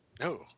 No